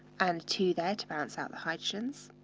and two there to balance out the hydrogens.